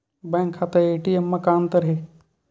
Bank खाता ATM मा का अंतर हे?